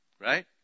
right